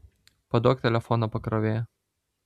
paduok telefono pakrovėją